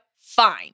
fine